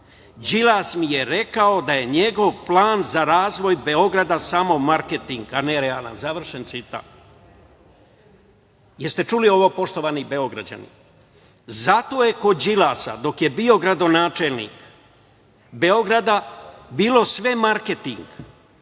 „Đilas mi je rekao da je njegov plan za razvoj Beograda samo marketing, a ne realan.“ Završen citat. Jeste čuli ovo poštovani Beograđani? Zato je kod Đilasa dok je bio gradonačelnik Beograda, bilo sve marketing,